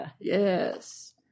Yes